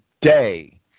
day